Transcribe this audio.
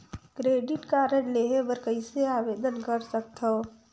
Credit card लेहे बर कइसे आवेदन कर सकथव?